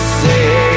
say